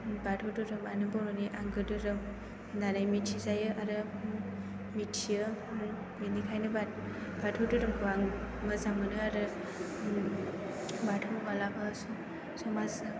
बाथौ धोरोमआनो बर'नि आंगो धोरोम होननानै मिथिजायो बेनिखायनो बाथौ धोरोमखौ आं मोजां मोनो आरो माब्लाबा समाज